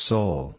Soul